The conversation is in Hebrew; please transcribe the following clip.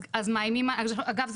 ואגב,